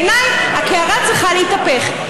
בעיניי, הקערה צריכה להתהפך.